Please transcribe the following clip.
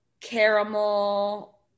caramel